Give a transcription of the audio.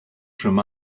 from